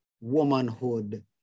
womanhood